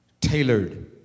tailored